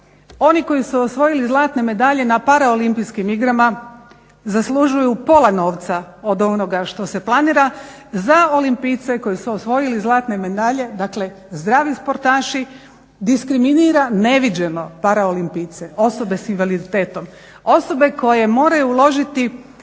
oni koji su osvojili zlatne medalje na Paraolimpijskim igrama zaslužuju pola novca od onoga što se planira za olimpijce koji su osvojili zlatne medalje, dakle zdravi sportaši diskriminira neviđeno paraolimpijce, osobe s invaliditetom, osobe koje moraju uložiti